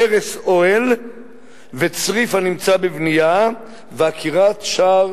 הרס אוהל וצריף הנמצא בבנייה ועקירת שער